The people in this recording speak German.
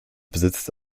besitzt